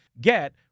Get